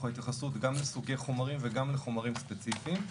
התייחסות גם לסוגי חומרים וגם לחומרים ספציפיים.